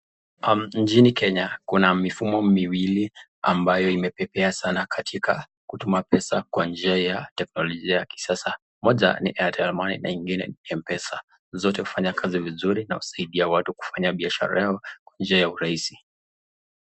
Mjini Kenya kuna mifumo miwili ambayo imepepea sana katika kutuma pesa kwa njia ya teknolojia ya kisasa. Moja ni Airtel money na ingine ni M-pesa. Zote hufanya kazi vizuri na husaidia watu kufanya biashara yao kwa njia urahisi.